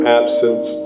absence